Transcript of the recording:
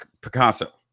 Picasso